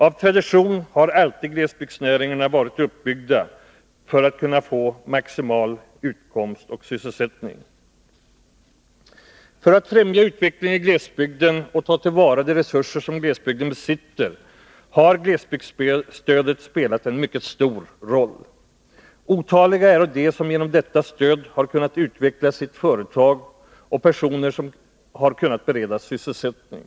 Av tradition har alltid glesbygdsnäringarna varit så uppbyggda för att kunna ge maximal utkomst och sysselsättning. För att främja utvecklingen i glesbygden och ta till vara de resurser som glesbygden besitter har glesbygdsstödet spelat en mycket stor roll. Otaliga är de som genom detta stöd har kunnat utveckla sitt företag och de personer som kunnat beredas sysselsättning.